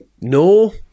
no